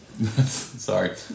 Sorry